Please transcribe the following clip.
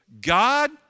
God